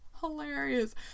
hilarious